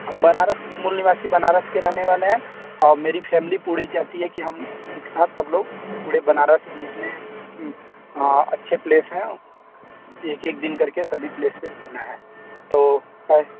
हम बनारस मूल निवासी बनारस के रहने वाले हैं मेरी फैमली पूरी चाहती है कि हम एक साथ सब लोग पूरे बनारस में जितने अच्छे प्लेस हैं एक एक दिन करके सभी प्लेस पर घूमना है तो पै